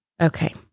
Okay